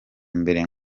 mbere